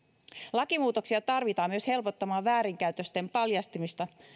lakimuutoksia tarvitaan myös helpottamaan väärinkäytösten paljastumista